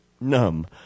numb